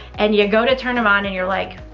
and you go to turn them on and you're like,